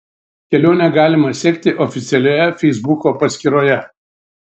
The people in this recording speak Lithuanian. kelionę galima sekti oficialioje feisbuko paskyroje